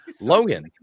Logan